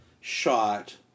shot